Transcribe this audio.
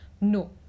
No